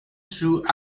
true